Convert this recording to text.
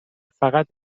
فقط